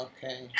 Okay